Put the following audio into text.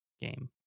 game